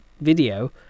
video